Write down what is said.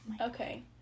Okay